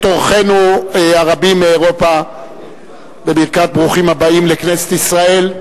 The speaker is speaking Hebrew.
אורחינו הרבים מאירופה בברכת ברוכים הבאים לכנסת ישראל.